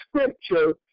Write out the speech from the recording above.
Scripture